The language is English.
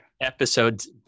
episodes